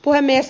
puhemies